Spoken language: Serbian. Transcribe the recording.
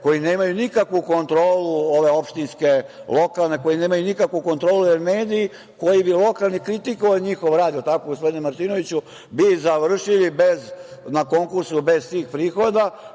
koji nemaju nikakvu kontrolu, ove opštinske, lokalne, koji nemaju nikakvu kontrolu, jer mediji koji bi lokalni kritikovali njihov rad, jel tako, gospodine Martinoviću, bi završili na konkursu bez tih prihoda.